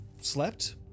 slept